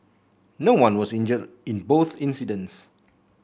no one was injured in both incidents